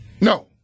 No